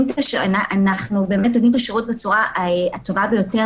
אנחנו נותנים את השירות בצורה הטובה ביותר.